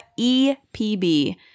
EPB